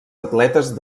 atletes